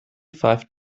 five